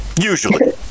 usually